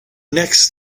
next